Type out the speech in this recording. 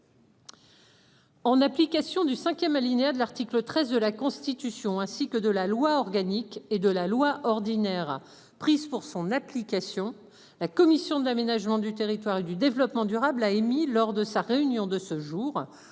En application du 5ème alinéa de l'article 13 de la Constitution ainsi que de la loi organique et de la loi ordinaire prises pour son application. La commission de l'aménagement du territoire et du développement durable a émis lors de sa réunion de ce jour